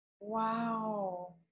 Wow